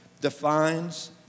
defines